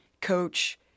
coach